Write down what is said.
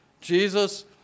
Jesus